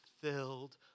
filled